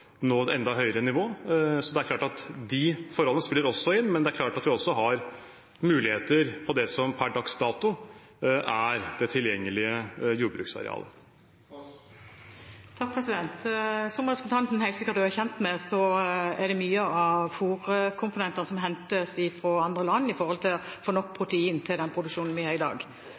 nå et enda høyere nivå – så det er klart at de forholdene spiller også inn. Men vi har muligheter på det som per dags dato er det tilgjengelige jordbruksarealet. Som representanten helt sikkert også er kjent med, er det mye av fôrkomponentene som hentes fra andre land for å få nok protein til dagens produksjon. Det forskes også veldig mye for å prøve å finne proteinkilder som kan tilføre fôret det vi